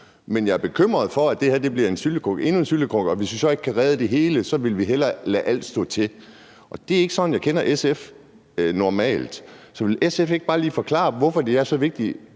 men jeg er bekymret for, at det her bliver endnu en syltekrukke, og at man, hvis man ikke kan redde det hele, så hellere vil lade alt stå til, og det er ikke sådan, jeg normalt kender SF. Så vil SF ikke bare lige forklare, hvorfor det er så vigtigt,